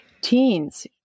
Teens